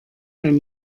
ein